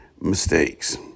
mistakes